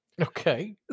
Okay